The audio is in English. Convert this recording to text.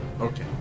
Okay